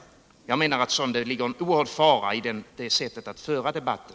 Jag menar att det ligger en oerhörd fara i det sättet att föra debatten.